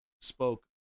spoke